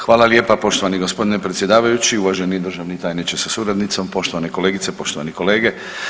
Hvala lijepa poštovani gospodine predsjedavajući, uvaženi državni tajniče sa suradnicom, poštovane kolegice, poštovani kolege.